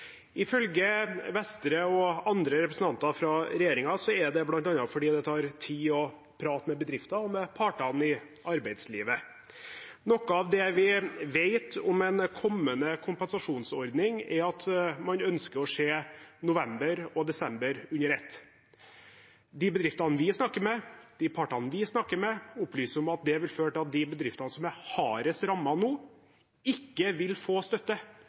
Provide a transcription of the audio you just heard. Ifølge Vestre og andre representanter fra regjeringen er det bl.a. fordi det tar tid å prate med bedrifter og med partene i arbeidslivet. Noe av det vi vet om en kommende kompensasjonsordning, er at man ønsker å se november og desember under ett. De bedriftene vi snakker med, de partene vi snakker med, opplyser at det vil føre til at de bedriftene som er hardest rammet nå, ikke vil få støtte